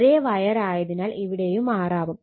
ഒരേ വയർ ആയതിനാൽ ഇവിടെയും R ആവും